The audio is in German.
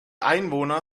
einwohner